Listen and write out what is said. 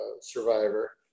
survivor